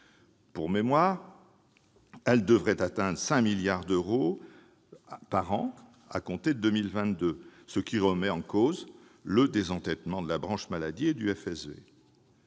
Pour mémoire, elles devraient atteindre 5 milliards d'euros par an à compter de 2022, ce qui remet en cause le désendettement de la branche maladie et du FSV.